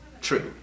true